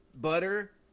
butter